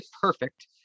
perfect